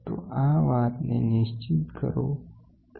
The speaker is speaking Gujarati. તો આ વાતને નિશ્ચિત કરો કે તમે લૉડ યુનીફોર્મ વેચો છો